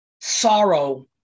sorrow